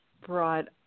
brought